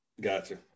Gotcha